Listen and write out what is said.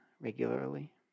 regularly